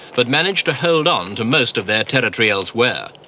but managed to hold on to most of their territory elsewhere.